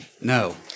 No